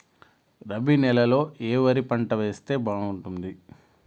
రబి నెలలో ఏ వరి పంట వేస్తే బాగుంటుంది